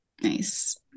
Nice